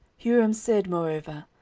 huram said moreover,